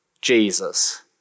Jesus